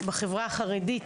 בחברה החרדית,